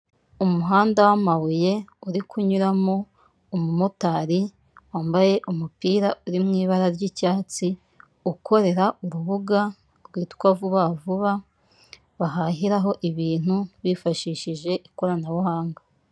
Umuhanda w'amabuye uri kunyuramo umumotari wambaye umupira uri mu ibara ry'icyatsi ukorera urubuga rwitwa Vuba Vuba, bahahiraho ibintu bifashishije ikoranabuhanga.